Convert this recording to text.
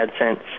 AdSense